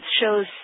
shows